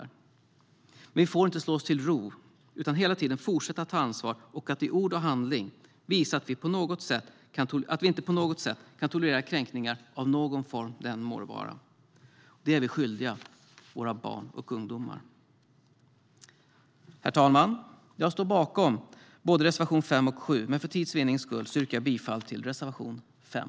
Vi får dock inte slå oss till ro utan hela tiden fortsätta att ta ansvar och i ord och handling visa att vi inte på något sätt kan tolerera kränkningar i någon form. Det är vi skyldiga våra barn och ungdomar. Herr talman! Jag står bakom reservationerna 5 och 7, men för tids vinnande yrkar jag bifall endast till reservation 5.